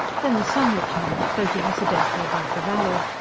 then the sun returned, floating sedately above the valley,